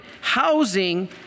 housing